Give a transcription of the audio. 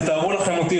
תתארו לכם אותי,